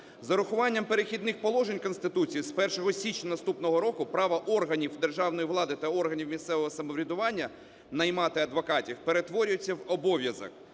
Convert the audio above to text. З урахуванням "Перехідних положень" Конституції з 1 січня наступного року право органів державної влади та органів місцевого самоврядування наймати адвокатів перетворюється в обов’язок.